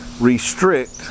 restrict